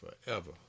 forever